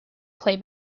play